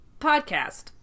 podcast